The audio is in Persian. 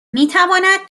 میتواند